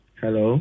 hello